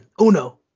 uno